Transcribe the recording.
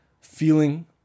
feeling